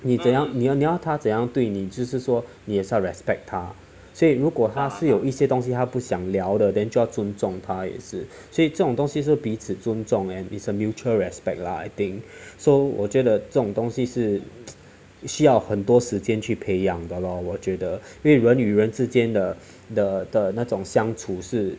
你怎样你要他怎样对你就是说你也是要 respect 他所以如果他是有一些东西还不想聊得 then 就要尊重他也是所以这种东西是彼此尊重 and it's a mutual respect lah I think so 我觉得这种东西是需要很多时间去培养的 lor 我觉得因为人与人之间的的的那种相处是